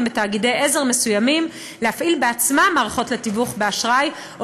ותאגידי עזר מסוימים להפעיל בעצמם מערכות לתיווך באשראי או